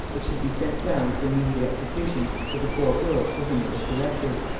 it should be sent down for immediate execution to the four earls to whom it was directed.